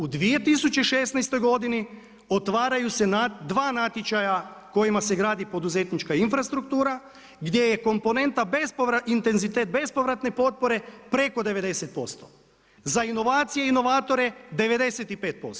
U 2016. godini otvaraju se dva natječaja kojima se gradi poduzetnička infrastruktura gdje je komponenta, intenzitet bespovratne potpore preko 90%, za inovacije i inovatore 95%